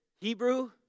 Hebrew